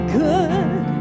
good